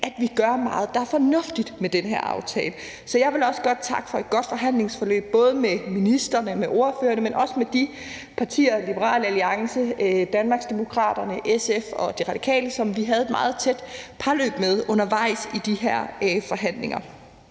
at vi gør meget, der er fornuftigt, med den her aftale. Så jeg vil også godt takke for et godt forhandlingsforløb, både med ministrene og med ordførerne, men også med de partier, Liberal Alliance, Danmarksdemokraterne, SF og De Radikale, som vi havde et meget tæt parløb med undervejs i de her forhandlinger.